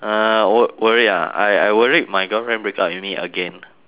worry ah I I worried my girlfriend break up with me again